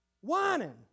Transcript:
Whining